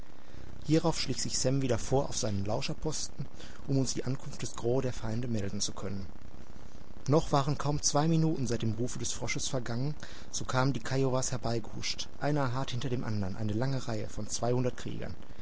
hierauf schlich sich sam wieder vor auf seinen lauscherposten um uns die ankunft des gros der feinde melden zu können noch waren kaum zwei minuten seit dem rufe des frosches vergangen so kamen die kiowas herbeigehuscht einer hart hinter dem andern eine lange reihe von zweihundert kriegern